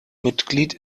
mitglied